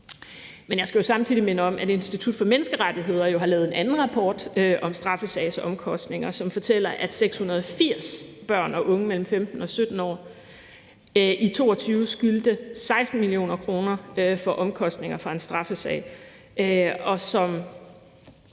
Men jeg skal jo samtidig minde om, at Institut for Menneskerettigheder har lavet en anden rapport om straffesagsomkostninger, som fortæller, at 680 børn og unge mellem 15 år og 17 år i 2022 skyldte 16 mio. kr. for omkostninger fra en straffesag,